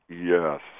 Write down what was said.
Yes